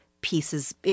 pieces